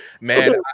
man